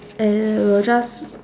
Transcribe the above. err we'll just